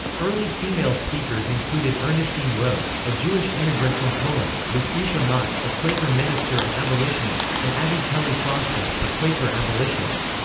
early female female speakers included ernestine rose, a jewish immigrant from poland lucretia mott, a quaker minister and abolitionist and abby kelley foster, a quaker abolitionist.